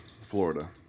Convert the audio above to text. Florida